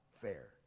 fair